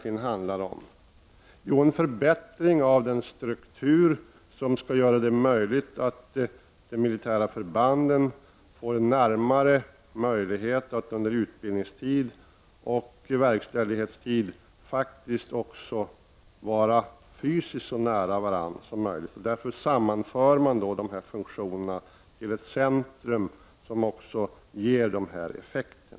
Jo, det handlar om en förbättring av den struktur som skall göra det möjligt för de militära förbanden att få en bättre möjlighet att under utbildningstid och verkställighetstid faktiskt även vara fysiskt så nära varandra som möjligt. Därför sammanförs dessa funktioner till ett centrum som ger dessa effekter.